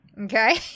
Okay